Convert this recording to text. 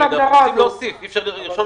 אם אתם רוצים את